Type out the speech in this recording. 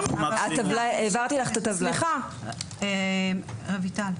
זה שקר.